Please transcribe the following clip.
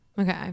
Okay